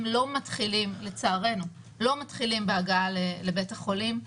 לא מתחילים לצערנו בהגעה לבית החולים,